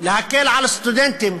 להקל על סטודנטים.